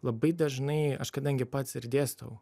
labai dažnai aš kadangi pats ir dėstau